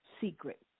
secret